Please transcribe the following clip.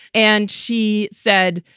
and she said,